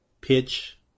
pitch